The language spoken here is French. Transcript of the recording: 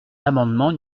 l’amendement